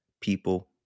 people